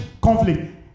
conflict